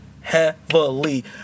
Heavily